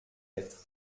lettre